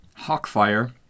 Hawkfire